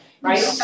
right